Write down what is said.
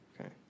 Okay